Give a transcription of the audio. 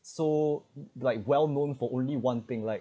so like well known for only one thing like